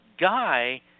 guy